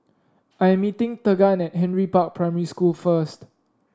I am meeting Tegan at Henry Park Primary School first